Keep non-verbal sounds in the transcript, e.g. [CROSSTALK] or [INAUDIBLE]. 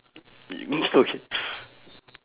[LAUGHS] okay [BREATH]